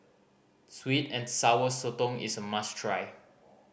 sweet and Sour Sotong is a must try